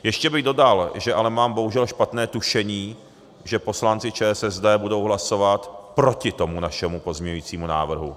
Ještě bych dodal, že ale mám špatné tušení, že poslanci ČSSD budou hlasovat proti tomu našemu pozměňujícímu návrhu.